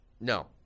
No